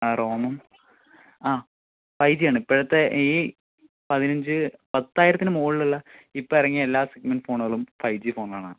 ആ റോമും ആ ഫൈജിയാണ് ഇപ്പഴത്തെ ഈ പതിനഞ്ച് പത്തായിരത്തിന് മുകളിലുള്ള ഇപ്പോൾ ഇറങ്ങിയ എല്ലാ സെഗ്മെൻറ്റ് ഫോണുകളും ഫൈജി ഫോണാണ്